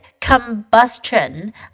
combustion